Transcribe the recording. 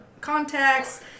contacts